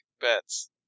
bets